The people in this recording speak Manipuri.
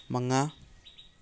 ꯃꯉꯥ